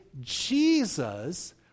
Jesus